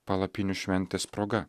palapinių šventės proga